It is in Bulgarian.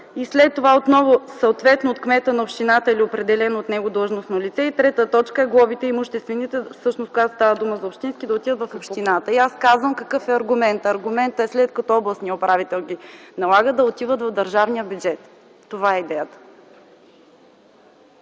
и след това съответно отново „от кмета на общината или определено от него длъжностно лице”. Трета точка – имуществените глоби, когато става дума за общински, да отидат в общината. Аз казвам какъв е аргументът. Аргументът е след като областният управител ги налага, да отиват в държавния бюджет. Това е идеята!